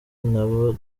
nabo